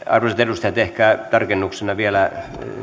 arvoisat edustajat ehkä tarkennuksena vielä